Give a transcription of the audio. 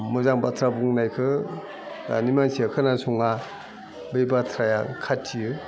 मोजां बाथ्रा बुंनायखो दानि मानसिया खोनासङा बे बाथ्राया खाथियो